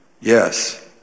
yes